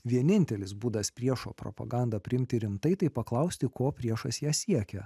vienintelis būdas priešo propagandą priimti rimtai paklausti ko priešas jos siekia